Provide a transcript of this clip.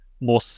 more